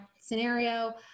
scenario